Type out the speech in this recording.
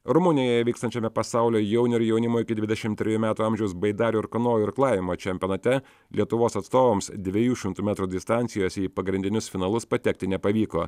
rumunijoje vykstančiame pasaulio jaunių ir jaunimo iki dvidešim trejų metų amžiaus baidarių ir kanojų irklavimo čempionate lietuvos atstovams dviejų šimtų metrų distancijos į pagrindinius finalus patekti nepavyko